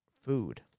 food